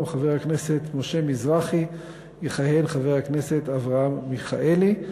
חבר הכנסת משה מזרחי יכהן חבר הכנסת אברהם מיכאלי,